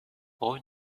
rue